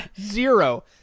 Zero